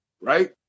right